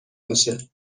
باشه